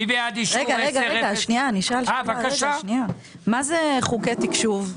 מה זה חוזי תקשוב?